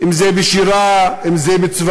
אם זה בשירה, אם זה בצבעים.